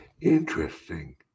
Interesting